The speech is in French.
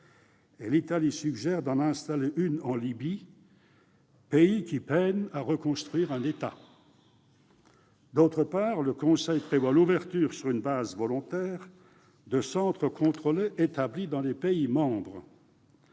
L'Italie suggère d'en installer une en Libye, pays qui peine à reconstruire un État. D'autre part, le Conseil prévoit l'ouverture, sur une base volontaire, de centres contrôlés établis dans les États membres.